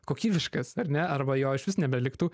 kokybiškas ar ne arba jo išvis nebeliktų